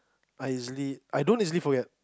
I easily I don't easily forget